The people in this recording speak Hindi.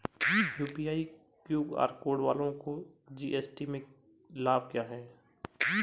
यू.पी.आई क्यू.आर कोड वालों को जी.एस.टी में लाभ क्या है?